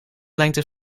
lengte